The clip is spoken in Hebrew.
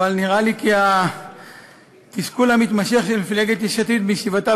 אבל נראה לי כי התסכול המתמשך של מפלגת יש עתיד מישיבתה